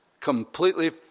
completely